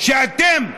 שאתם,